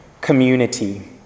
community